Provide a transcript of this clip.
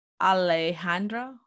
Alejandro